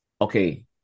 okay